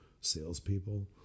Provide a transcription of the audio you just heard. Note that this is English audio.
salespeople